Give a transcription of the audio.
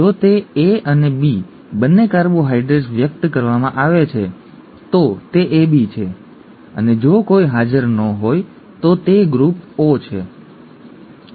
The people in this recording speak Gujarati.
જો તે A અને B બંને કાર્બોહાઇડ્રેટ્સ વ્યક્ત કરવામાં આવે છે તો તે AB છે અને જો કોઈ હાજર ન હોય તો તે ગ્રુપ O છે ઠીક છે